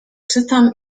czytam